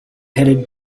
headed